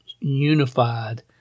unified